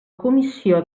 comissió